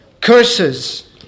curses